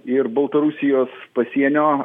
ir baltarusijos pasienio